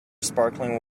sparkling